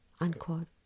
unquote